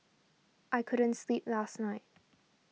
I couldn't sleep last night